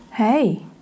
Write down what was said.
Hey